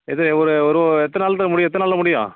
இது ஒரு ஒரு எத்தனை நாள்குள்ளே முடியும் எத்தனை நாளில் முடியும்